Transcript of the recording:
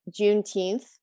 Juneteenth